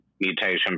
mutation